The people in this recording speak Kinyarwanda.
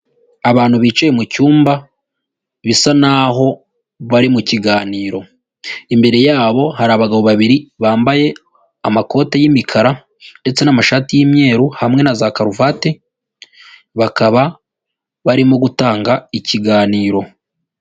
Abantu bicaye mu cyumba bisa naho bari mu kiganiro, imbere yabo hari abagabo babiri bambaye amakoti y’imikara ndetse n'amashati y'imyeru hamwe na za karuvati, bakaba barimo gutanga ikiganiro.